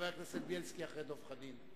חבר הכנסת בילסקי אחרי דב חנין.